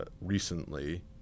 recently